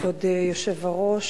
היושב-ראש,